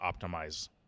optimize